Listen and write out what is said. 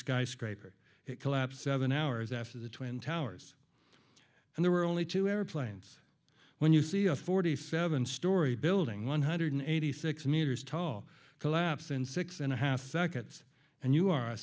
skyscraper collapse of an hours after the twin towers and there were only two airplanes when you see a forty seven story building one hundred eighty six meters tall collapsed in six and a half seconds and you are a